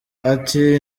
ati